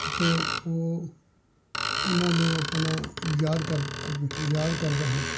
ਅਤੇ ਉਹ ਉਹਨਾਂ ਨੂੰ ਆਪਣਾ ਯਾਦ ਕਰ ਯਾਦ ਕਰਦਾ ਹਾਂ